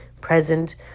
present